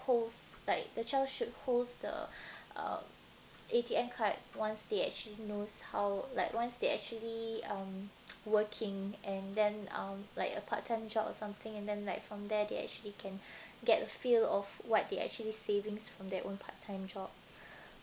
posts like the child should holds the um A_T_M card once they actually knows how like once they actually um working and then um like a part time job or something and then like from there they actually can get a feel of what they actually savings from their own part time job